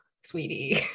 sweetie